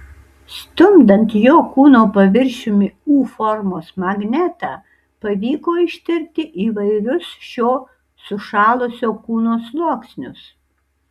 stumdant jo kūno paviršiumi u formos magnetą pavyko ištirti įvairius šio sušalusio kūno sluoksnius